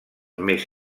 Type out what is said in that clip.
més